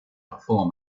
perform